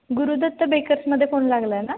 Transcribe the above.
गुरुदत्त बेकर्समध्ये फोन लागला आहे ना